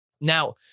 Now